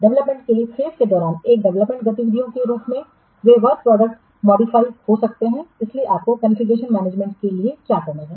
development के phase के दौरान एक डेवलपमेंट गतिविधियों के रूप में वे वर्क प्रोडक्ट मॉडिफाइड हो सकते हैं इसलिए आपको कॉन्फ़िगरेशनमैनेजमेंट के लिए क्या करना है